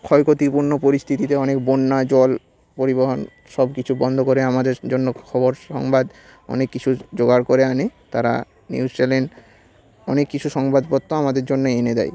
ক্ষয়ক্ষতিপূর্ণ পরিস্থিতিতে অনেক বন্যা জল পরিবহন সব কিছু বন্ধ করে আমাদের জন্য খবর সংবাদ অনেক কিছু জোগাড় করে আনে তারা নিউজ চ্যানেল অনেক কিছু সংবাদপত্র আমাদের জন্য এনে দেয়